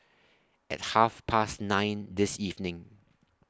At Half Past nine This evening